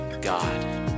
god